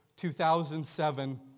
2007